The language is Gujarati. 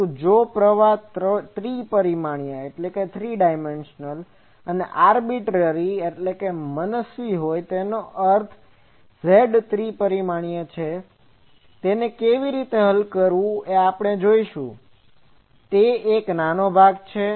પરંતુ જો પ્રવાહ ત્રણ પરિમાણીય અને આરબીટરી arbitrarilyમનસ્વી હોય તેનો અર્થ Z એ ત્રિ પરિમાણીય છે તેને કેવી રીતે હલ કરવું તે આપણે હવે જોશું તે એક નાનો ભાગ છે